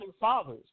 fathers